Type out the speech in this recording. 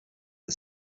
the